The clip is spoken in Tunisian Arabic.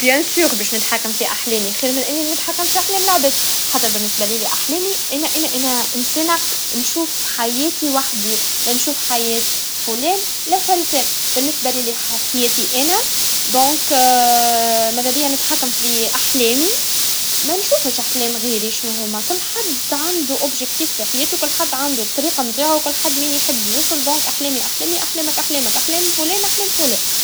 بكل تأكيد باش نتحكم في أحلامي خير من إني نتحكم في أحلام العباد, خاطر بالنسبا لي لي, أحلامي أني أنا إنسانا نشوف حياتي وحدي, لا نشوف حياة فلان, لا فلتا, بالنسبا لي لي حح- حياتي أنا لذا ما نبيها نتحكم في أحلاي, منشوفش أحلام غيري, باش نهو كل حد عنده موضوع في حياتو, كل حد عنده طريقا مجاوبا لحد مين يحب يوصل, لذلك أحلامي أحلامي, وأحلامك أحلامك, أحلام فلان أحلام فلان.